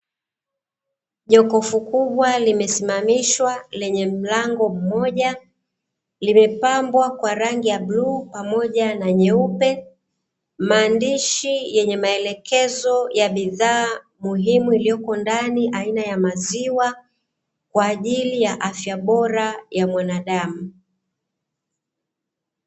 Jokofu kubwa limesimamishwa lenye mlango mmoja, limepambwa kwa rangi ya bluu pamoja na nyeupe, maandishi yenye maelekezo ya bidhaa muhimu ilioko ndani aina ya maziwa, kwa ajili ya afya bora ya mwanadamu.